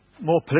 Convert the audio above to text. More